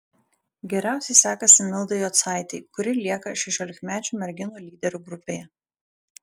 geriausiai sekasi mildai jocaitei kuri lieka šešiolikmečių merginų lyderių grupėje